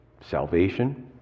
salvation